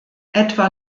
etwa